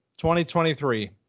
2023